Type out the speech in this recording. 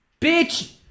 Bitch